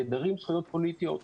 נעדרים זכויות פוליטיות,